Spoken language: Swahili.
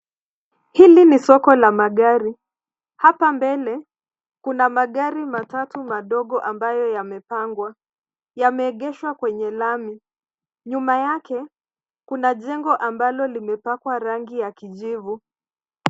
Hili ni soko la magari. Hapa mbele kuna magari matatu madogo ambayo yamepangwa. Yameegeshwa kwenye lami. Nyuma yake, kuna jengo ambalo limepakwa rangi ya kijivu.